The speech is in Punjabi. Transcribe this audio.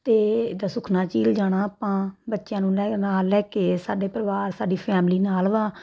ਅਤੇ ਦ ਸੁਖਨਾ ਝੀਲ ਜਾਣਾ ਆਪਾਂ ਬੱਚਿਆਂ ਨੂੰ ਲੈ ਨਾਲ ਲੈ ਕੇ ਸਾਡੇ ਪਰਿਵਾਰ ਸਾਡੀ ਫੈਮਿਲੀ ਨਾਲ ਵਾ